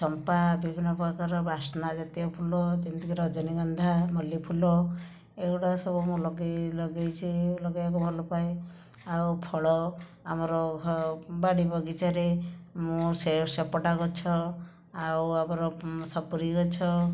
ଚମ୍ପା ବିଭିନ୍ନ ପ୍ରକାରର ବାସ୍ନା ଜାତୀୟ ଫୁଲ ଯେମିତି ରଜନୀଗନ୍ଧା ମଲ୍ଲି ଫୁଲ ଏଗୁଡ଼ା ସବୁ ମୁଁ ଲଗେଇ ଲଗେଇଛି ଲଗେଇବାକୁ ଭଲ ପାଏ ଆଉ ଫଳ ଆମର ବାଡ଼ି ବଗିଚାରେ ମୁ ସେପଟା ଗଛ ଆଉ ଆମର ସପୁରି ଗଛ